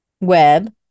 web